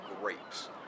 grapes